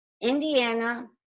Indiana